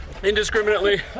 Indiscriminately